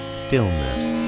stillness